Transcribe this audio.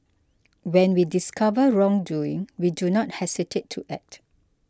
when we discover wrongdoing we do not hesitate to act